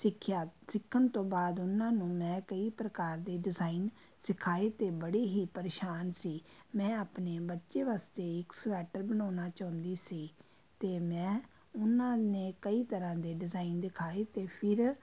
ਸਿੱਖਿਆ ਸਿੱਖਣ ਤੋਂ ਬਾਅਦ ਉਹਨਾਂ ਨੂੰ ਮੈਂ ਕਈ ਪ੍ਰਕਾਰ ਦੇ ਡਿਜ਼ਾਇਨ ਸਿਖਾਏ ਅਤੇ ਬੜੇ ਹੀ ਪਰੇਸ਼ਾਨ ਸੀ ਮੈਂ ਆਪਣੇ ਬੱਚੇ ਵਾਸਤੇ ਇੱਕ ਸਵੈਟਰ ਬਣਾਉਣਾ ਚਾਹੁੰਦੀ ਸੀ ਅਤੇ ਮੈਂ ਉਹਨਾਂ ਨੇ ਕਈ ਤਰ੍ਹਾਂ ਦੇ ਡਿਜ਼ਾਈਨ ਦਿਖਾਏ ਅਤੇ ਫਿਰ